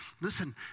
Listen